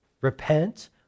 Repent